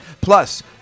Plus